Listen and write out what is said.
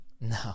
no